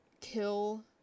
kill